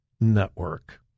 Network